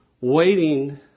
waiting